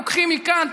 לוקחים מכאן,